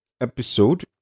episode